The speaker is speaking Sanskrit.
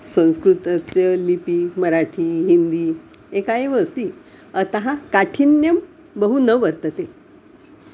संस्कृतस्य लिपिः मराठी हिन्दी एका एव अस्ति अतः काठिन्यं बहु न वर्तते